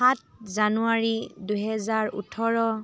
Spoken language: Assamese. সাত জানুৱাৰী দুহেজাৰ ওঁঠৰ